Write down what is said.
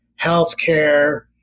healthcare